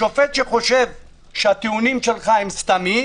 שופט שחושב שהטיעונים שלך הם סתמיים,